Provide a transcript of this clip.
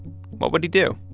what would he do?